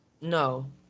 No